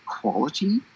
quality